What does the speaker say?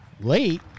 Late